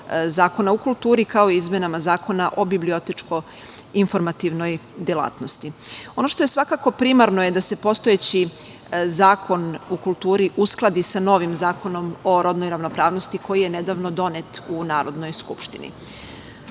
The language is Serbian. Zakona o kulturi kao i izmenama Zakona o bibliotičko-informativnoj delatnosti. Primarno je da se postojeći Zakon o kulturi uskladi sa novim Zakonom o rodnoj ravnopravnosti koji je nedavno donet u Narodnoj